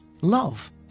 love